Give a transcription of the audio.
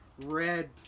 red